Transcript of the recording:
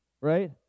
Right